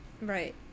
Right